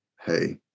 hey